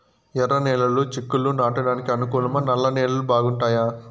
ఎర్రనేలలు చిక్కుళ్లు నాటడానికి అనుకూలమా నల్ల నేలలు బాగుంటాయా